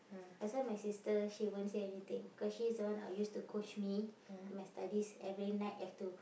that's why my sister she won't say anything because she is the one who used to coach me my studies every night have to